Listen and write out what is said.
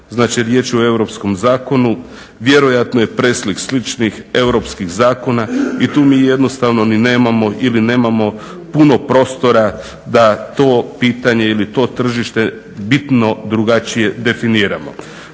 znači riječ je o europskom zakonu, vjerojatno je preslik sličnih europskih zakona i tu mi jednostavno ni nemamo ili nemamo puno prostora da to pitanje ili to tržište bitno drugačije definiramo.